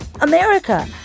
America